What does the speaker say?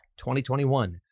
2021